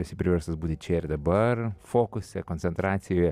esi priverstas būti čia ir dabar fokuse koncentracijoje